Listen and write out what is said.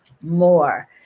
more